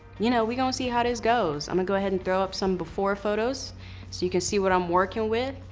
you know we gon' see how dis goes. i'ma go ahead and throw up some before photos so you can see what i'm workin' with.